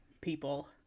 people